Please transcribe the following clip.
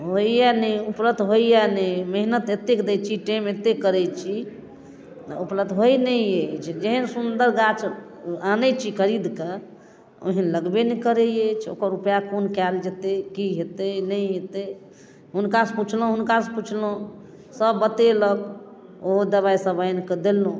होइए नहि उपलब्ध होइए नहि मेहनत एतेक दै छी टाइम एते करै छी उपलब्ध होइ नहि अछि जेहन सुन्दर गाछ आनै छी खरीद कऽ ओहन लगबै नहि करै अछि ओकर उपाय कोन कयल जेतै की हेतै नहि हेतै हुनकासँ पुछलहुँ हुनकासँ पुछलहुँ सब बतेलक ओहो दबाइ सब आनिकऽ देलहुँ